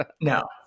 No